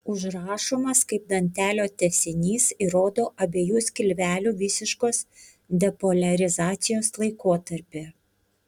užrašomas kaip dantelio tęsinys ir rodo abiejų skilvelių visiškos depoliarizacijos laikotarpį